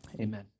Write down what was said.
Amen